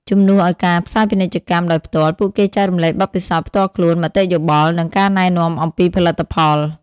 ជំនួសឱ្យការផ្សាយពាណិជ្ជកម្មដោយផ្ទាល់ ពួកគេចែករំលែកបទពិសោធន៍ផ្ទាល់ខ្លួន មតិយោបល់ និងការណែនាំអំពីផលិតផល។